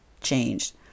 changed